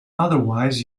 otherwise